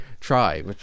Try